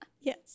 Yes